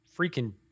freaking